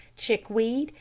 chickweed,